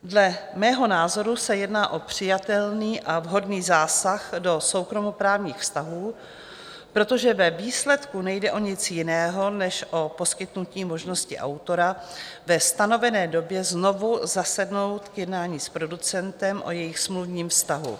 Dle mého názoru se jedná o přijatelný a vhodný zásah do soukromoprávních vztahů, protože ve výsledku nejde o nic jiného než o poskytnutí možnosti autora ve stanovené době znovu zasednout k jednání s producentem o jejich smluvním vztahu.